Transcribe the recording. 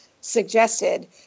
suggested